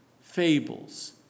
fables